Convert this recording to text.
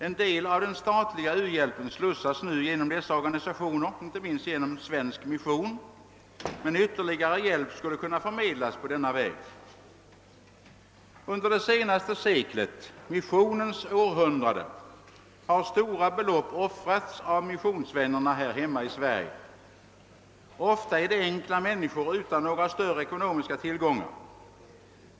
En del av den statliga u-hjälpen slussas nu genom des sa organisationer, inte minst genom svensk mission, men ytterligare hjälp skulle kunna förmedlas på denna väg. Under det senaste seklet — missionens århundrade — har stora belopp offrats av missionsvännerna här hemma. Ofta är det enkla människor utan några större ekonomiska tillgångar.